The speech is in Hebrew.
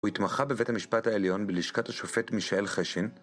הוא התמחה בבית המשפט העליון בלשכת השופט מישאל חשין